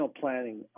planning